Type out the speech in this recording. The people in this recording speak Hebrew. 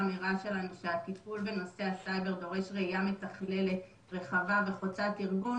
אמירה שלנו שהטיפול בנושא הסייבר דורש ראייה מתכללת רחבה וחוצת ארגון.